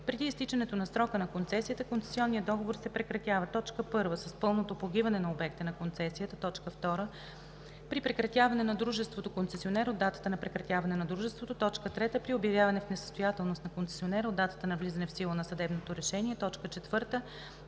Преди изтичането на срока на концесията концесионният договор се прекратява: 1. с пълното погиване на обекта на концесията; 2. при прекратяване на дружеството-концесионер – от датата на прекратяване на дружеството; 3. при обявяване в несъстоятелност на концесионера – от датата на влизане в сила на съдебното решение; 4.